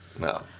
No